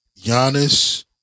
Giannis